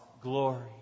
glory